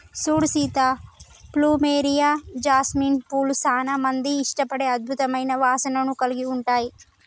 సూడు Sita plumeria, jasmine పూలు సానా మంది ఇష్టపడే అద్భుతమైన వాసనను కలిగి ఉంటాయి